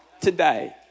today